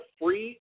free